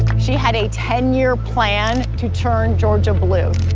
she had a ten year plan to turn georgia blue.